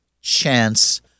chance